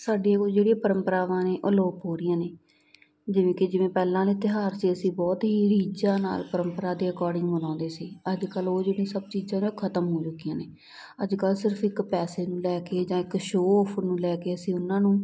ਸਾਡੀ ਉਹ ਜਿਹੜੀਆਂ ਪਰੰਪਰਾਵਾਂ ਨੇ ਅਲੋਪ ਹੋ ਰਹੀਆਂ ਨੇ ਜਿਵੇਂ ਕਿ ਜਿਵੇਂ ਪਹਿਲਾਂ ਵਾਲੇ ਤਿਉਹਾਰ ਸੀ ਅਸੀਂ ਬਹੁਤ ਹੀ ਰੀਝਾਂ ਨਾਲ ਪਰੰਪਰਾ ਦੇ ਅਕੋਰਡਿੰਗ ਮਨਾਉਂਦੇ ਸੀ ਅੱਜ ਕੱਲ੍ਹ ਉਹ ਜਿਹੜੀ ਸਭ ਚੀਜ਼ਾਂ ਨਾ ਖਤਮ ਹੋ ਚੁੱਕੀਆਂ ਨੇ ਅੱਜ ਕੱਲ੍ਹ ਸਿਰਫ ਇੱਕ ਪੈਸੇ ਨੂੰ ਲੈ ਕੇ ਜਾਂ ਇੱਕ ਸ਼ੋਅ ਓਫ ਨੂੰ ਲੈ ਅਸੀਂ ਉਹਨਾਂ ਨੂੰ